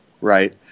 right